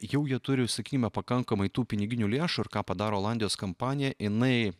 jau jie turi sakykime pakankamai tų piniginių lėšų ir ką padaro olandijos kompanija inai